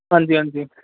ਹਾਂਜੀ ਹਾਂਜੀ